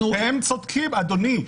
הם צודקים, אדוני.